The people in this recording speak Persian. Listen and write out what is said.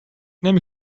نمی